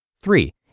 Three